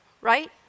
Right